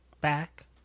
back